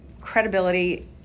credibility